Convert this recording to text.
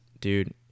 dude